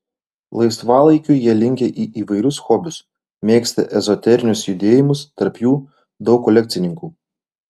laisvalaikiu jie linkę į įvairius hobius mėgsta ezoterinius judėjimus tarp jų daug kolekcininkų